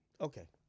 Okay